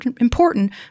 important